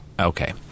Okay